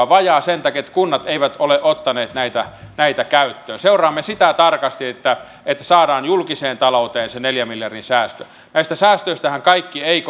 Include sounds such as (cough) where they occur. (unintelligible) vajaa sen takia että kunnat eivät ole ottaneet näitä näitä käyttöön seuraamme sitä tarkasti että saadaan julkiseen talouteen se neljän miljardin säästö näistä säästöistähän kaikki eivät (unintelligible)